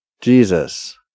jesus